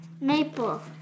Maple